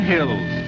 Hills